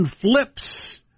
flips